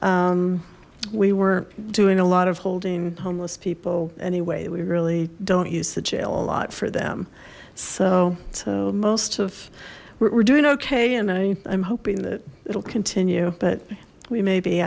we were doing a lot of holding homeless people anyway we really don't use the jail a lot for them so so most of we're doing okay and i i'm hoping that it'll continue but we may be